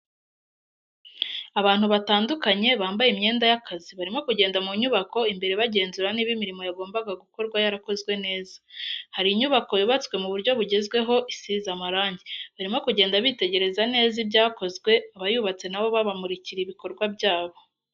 Abantu batandukanye bambaye imyenda y'akazi, barimo kugenda mu nyubako imbere bagenzura niba imirimo yagombaga gukorwa yarakozwe neza, hari inyubako yubatswe mu buryo bugezweho isize amarangi, barimo kugenda bitegereza neza ibyakozwe, abayubatse nabo babamurikira ibikorwa byabo.